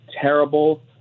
terrible